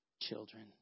children